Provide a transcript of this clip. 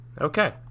Okay